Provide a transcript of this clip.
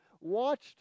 watched